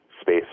space